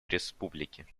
республики